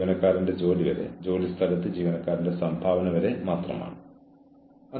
ജീവനക്കാരൻ ഇപ്പോഴും തന്റെ പെരുമാറ്റം തിരുത്തിയില്ലെങ്കിൽ നിങ്ങൾ ജീവനക്കാരന് രേഖാമൂലമുള്ള മുന്നറിയിപ്പ് നൽകുന്നു